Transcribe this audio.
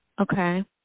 okay